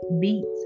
beats